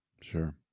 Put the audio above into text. Sure